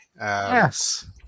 Yes